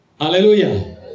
Hallelujah